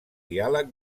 diàleg